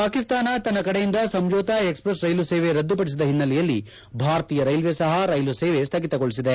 ಪಾಕಿಸ್ತಾನ ತನ್ನ ಕಡೆಯಿಂದ ಸಂಜೋತಾ ಎಕ್ಸ್ಪ್ರೆಸ್ ರ್್ಲೆಲು ಸೇವೆ ರದ್ದುಪಡಿಸಿದ ಹಿನ್ನೆಲೆಯಲ್ಲಿ ಭಾರತೀಯ ರೈಲ್ವೆ ಸಹ ರೈಲು ಸೇವೆ ಸ್ಥಗಿತಗೊಳಿಸಿದೆ